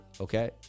okay